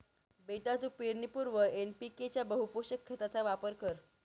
बेटा तू पेरणीपूर्वी एन.पी.के च्या बहुपोषक खताचा वापर कर